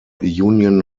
union